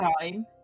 time